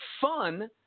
fun